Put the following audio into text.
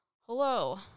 Hello